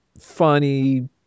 funny